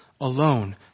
alone